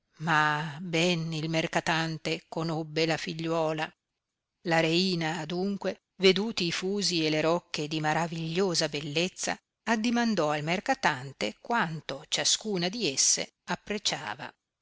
ma ben il mercatante conobbe la figliuola la reina adunque veduti i fusi e le rocche di maravigliosa bellezza addimandò al mercatante quanto ciascuna di esse appreciava